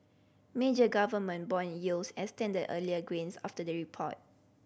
major government bond yields extended earlier gains after the report